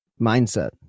mindset